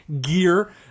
gear